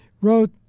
Wrote